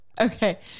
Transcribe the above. Okay